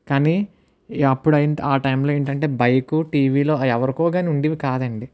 కానీ అప్పుడు ఆ టైం లో ఏంటంటే బైక్ టీవీలు ఎవరికో కాని ఉండేవి కాదు అండి